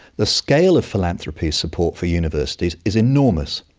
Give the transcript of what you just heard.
the scale of philanthropy support for universities is enormous,